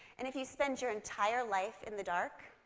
and if you've spent your entire life in the dark,